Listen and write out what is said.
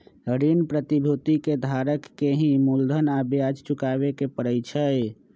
ऋण प्रतिभूति के धारक के ही मूलधन आ ब्याज चुकावे के परई छई